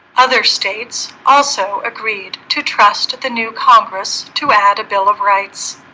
other states also agreed to trust the new congress to add a bill of rights